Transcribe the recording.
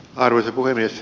arvoisa puhemies